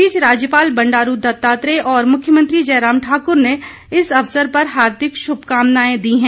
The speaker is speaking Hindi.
इस बीच राज्यपाल बंडारू दत्तात्रेय और मुख्यमंत्री जयराम ठाकुर ने इस अवसर पर हार्दिक शुभकामनाएं दी हैं